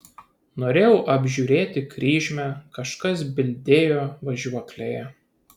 norėjau apžiūrėti kryžmę kažkas bildėjo važiuoklėje